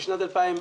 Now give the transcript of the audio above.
בשנת 2008,